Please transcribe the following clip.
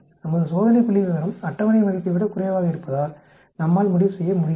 நமது சோதனை புள்ளிவிவரம் அட்டவணை மதிப்பை விட குறைவாக இருப்பதால் நம்மால் முடிவு செய்ய முடியாது